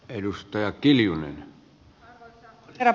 arvoisa herra puhemies